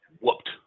whooped